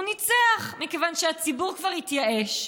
הוא ניצח מכיוון שהציבור כבר התייאש.